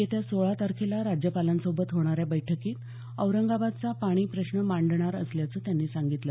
येत्या सोळा तारखेला राज्यपालांसोबत होणाऱ्या बैठकीत औरंगाबादचा पाणी प्रश्न मांडणार असल्याचं त्यांनी सांगितलं